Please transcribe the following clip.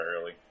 early